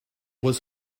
was